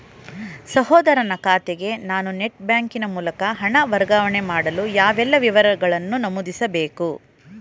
ಸಹೋದರನ ಖಾತೆಗೆ ನಾನು ನೆಟ್ ಬ್ಯಾಂಕಿನ ಮೂಲಕ ಹಣ ವರ್ಗಾವಣೆ ಮಾಡಲು ಯಾವೆಲ್ಲ ವಿವರಗಳನ್ನು ನಮೂದಿಸಬೇಕು?